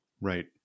Right